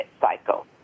Cycle